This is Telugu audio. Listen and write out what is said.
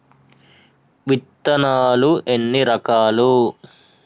విత్తనాలు ఎన్ని రకాలు?